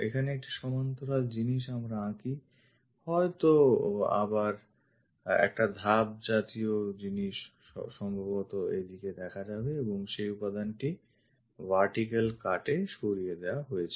এখানে একটি সমান্তরাল জিনিস যদি আমরা আঁকি হয়ত আবার একটা ধাপ জাতীয় জিনিস সম্ভবতঃ এদিকে দেখা যাবে এবং সেই উপাদানটি ভার্টিক্যাল কাটএ সরিয়ে দেওয়া হয়েছে